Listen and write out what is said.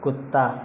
कुत्ता